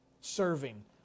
serving